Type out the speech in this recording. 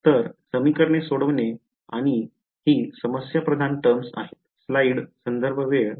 तर समीकरणे सोडवणे आणि ही समस्याप्रधान टर्म्स आहेत